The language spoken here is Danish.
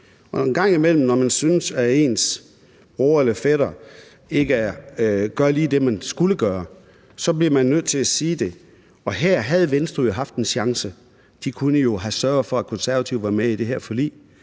når man synes, at ens bror eller fætter ikke gør lige det, vedkommende skulle gøre, så bliver man nødt til at sige det. Her havde Venstre jo haft en chance; de kunne jo have sørget for, at De Konservative var med i det her forlig.